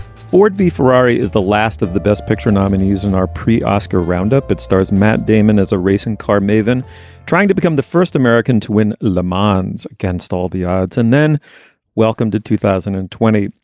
ford v. ferrari is the last of the best picture nominees. and our pre-oscar roundup, it stars matt damon as a racing car maven trying to become the first american to win lamond against all the odds and then welcome to two thousand and twenty,